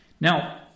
Now